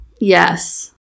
Yes